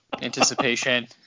Anticipation